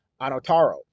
Anotaro